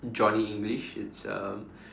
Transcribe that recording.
Johnny English it's um